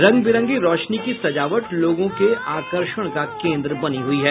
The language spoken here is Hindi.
रंग बिरंगी रौशनी की सजावट लोगों के आकर्षण का केन्द्र बनी हुई है